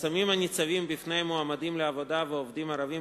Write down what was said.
החסמים הניצבים בפני מועמדים לעבודה ועובדים ערבים